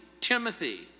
Timothy